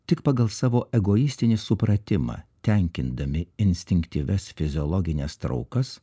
tik pagal savo egoistinį supratimą tenkindami instinktyvias fiziologines traukas